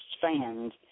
fans